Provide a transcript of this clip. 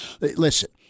Listen